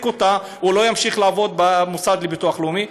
אותה לא ימשיך לעבוד במוסד לביטוח לאומי.